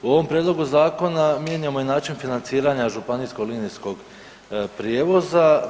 U ovom Prijedlogu zakona mijenjamo i način financiranja županijskog linijskog prijevoza.